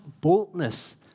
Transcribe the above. boldness